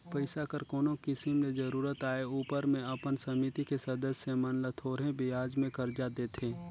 पइसा कर कोनो किसिम ले जरूरत आए उपर में अपन समिति के सदस्य मन ल थोरहें बियाज में करजा देथे